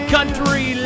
Country